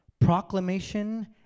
proclamation